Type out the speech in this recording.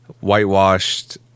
whitewashed